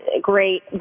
great